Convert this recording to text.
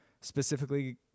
specifically